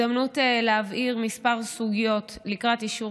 זו הזדמנות להבהיר כמה סוגיות לקראת אישור